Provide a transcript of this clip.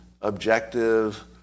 objective